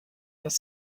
das